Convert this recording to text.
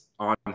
on